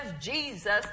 Jesus